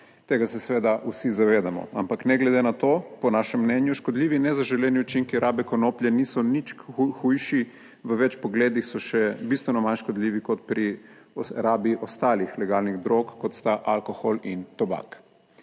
tega se seveda vsi zavedamo, ampak ne glede na to, po našem mnenju, škodljivi, nezaželeni učinki rabe konoplje niso nič hujši v več pogledih so še bistveno manj škodljivi kot pri rabi ostalih legalnih drog, kot sta alkohol in tobak.